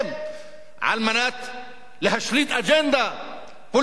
על מנת להשליט אג'נדה פוליטית, נמוכה,